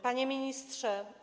Panie Ministrze!